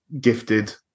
gifted